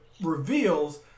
reveals